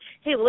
hey